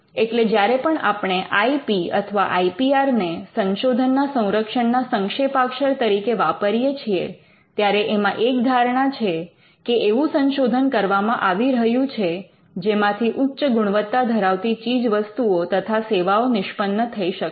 એટલે જ્યારે પણ આપણે આઇ પી અથવા આઈ પી આર ને સંશોધનના સંરક્ષણના સંક્ષેપાક્ષર તરીકે વાપરીએ છીએ ત્યારે એમાં એક ધારણા છે કે એવું સંશોધન કરવામાં આવી રહ્યું છે જેમાંથી ઉચ્ચ ગુણવત્તા ધરાવતી ચીજવસ્તુઓ તથા સેવાઓ નિષ્પન્ન થઈ શકશે